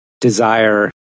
desire